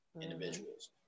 individuals